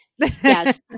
Yes